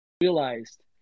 realized